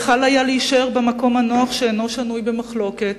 יכול היה להישאר במקום הנוח, שאינו שנוי במחלוקת,